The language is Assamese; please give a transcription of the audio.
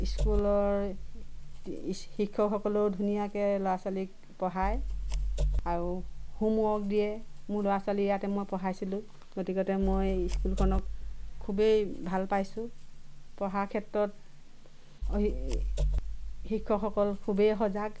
স্কুলৰ শিক্ষকসকলেও ধুনীয়াকে ল'ৰা ছোৱালীক পঢ়াই আৰু হোমৱৰ্ক দিয়ে মোৰ ল'ৰা ছোৱালী ইয়াতে মই পঢ়াইছিলোঁ গতিকতে মই স্কুলখনক খুবেই ভাল পাইছোঁ পঢ়া ক্ষেত্ৰত শিক্ষকসকল খুবেই সজাগ